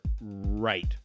right